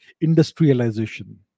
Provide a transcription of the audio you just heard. industrialization